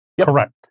Correct